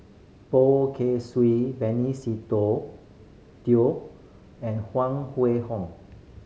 Poh Kay Swee Benny Se Teo and Huang Wenhong